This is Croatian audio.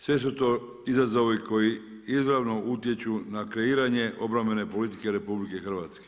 Sve su to izazovi koji izravno utječu na kreiranju obrambene politike RH.